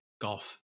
Golf